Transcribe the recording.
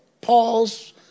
Paul's